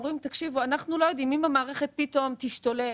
הם אומרים שהם לא יודעים אם המערכת פתאום תשתולל,